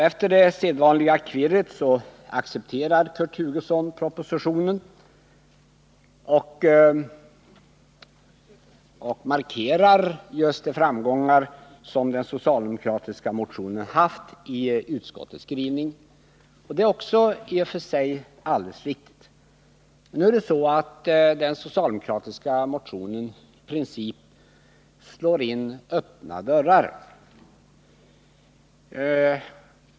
Efter det sedvanliga kvirret accepterar Kurt Hugosson propositionen och markerar just de framgångar som den socialdemokratiska motionen haft i utskottets skrivning. Det är också i och för sig alldeles riktigt. Nu är det emellertid så att den socialdemokratiska motionen i princip slår in öppna dörrar.